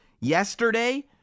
Yesterday